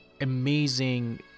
amazing